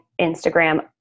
Instagram